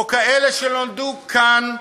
או נולדו כאן,